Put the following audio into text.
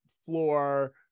floor